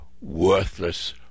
worthless